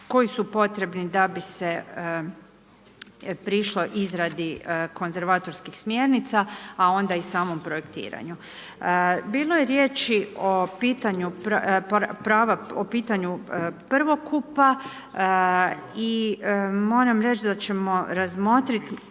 koji su potrebni da bi se prišlo izradi konzervatorskih smjernica a onda i samom projektiranju. Bilo je riječi o pitanju prava, o pitanju prvokupa i moram reći da ćemo razmotriti